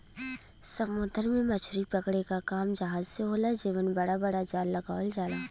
समुंदर में मछरी पकड़े क काम जहाज से होला जेमन बड़ा बड़ा जाल लगावल जाला